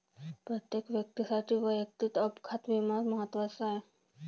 प्रत्येक व्यक्तीसाठी वैयक्तिक अपघात विमा महत्त्वाचा आहे